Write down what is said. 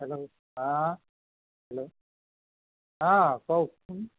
hello হা hello হা কওকচোন